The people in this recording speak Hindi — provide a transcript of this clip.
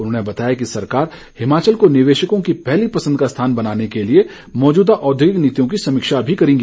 उन्होंने बताया कि सरकार हिमाचल को निवेशकों की पहली पंसद का स्थान बनाने के लिए मौजूदा औद्योगिक नीतियों की समीक्षा भी करेगी